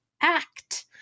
act